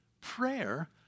Prayer